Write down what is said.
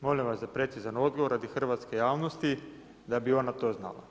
Molim vas za precizan odgovor radi hrvatske javnosti da bi ona to znala.